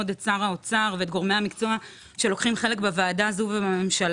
את שר האוצר ואת גורמי המקצוע שלוקחים חלק בוועדה זו ובממשלה.